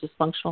dysfunctional